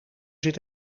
zit